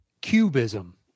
cubism